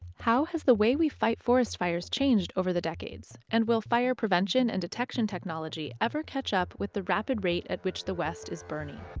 how has the way we fight forest fires changed over the decades? and will fire prevention and detection technology ever catch up with the rapid rate at which the west is burning?